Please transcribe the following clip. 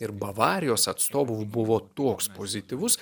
ir bavarijos atstovų buvo toks pozityvus